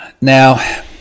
now